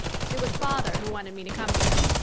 it was father who wanted me to come here.